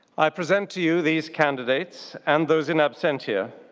i present to you these candidates, and those in absentia,